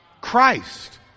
Christ